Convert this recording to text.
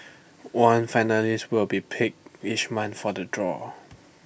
one finalist will be picked each month for the draw